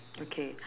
okay